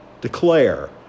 declare